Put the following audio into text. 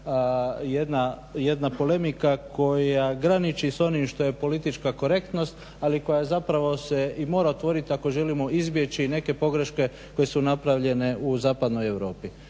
jedna polemika koja graniči s onim što je politička korektnost ali koja se i mora otvoriti ako želimo izbjeći neke pogreške koje su napravljene u Zapadnoj Europi.